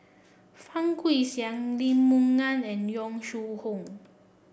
Fang Guixiang Lee Moon Ngan and Yong Shu Hoong